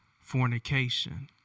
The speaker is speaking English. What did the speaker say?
fornication